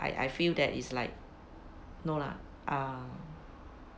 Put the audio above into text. I I feel that is like no lah ah